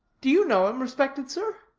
do you know him, respected sir?